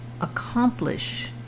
accomplish